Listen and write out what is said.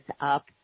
up